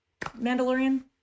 Mandalorian